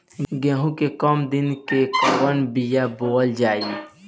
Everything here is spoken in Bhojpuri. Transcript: गेहूं के कम दिन के कवन बीआ बोअल जाई?